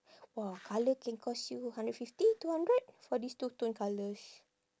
!wah! colour can cost you hundred fifty two hundred for these two tone colours